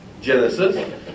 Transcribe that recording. Genesis